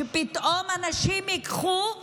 שפתאום נשים ייקחו